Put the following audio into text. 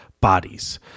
bodies